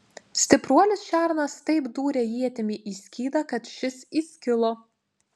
stipruolis šernas taip dūrė ietimi į skydą kad šis įskilo